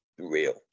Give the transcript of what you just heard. real